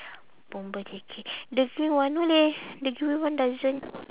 bomber jacket the green one no leh the green one doesn't